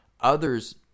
Others